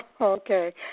Okay